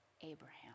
Abraham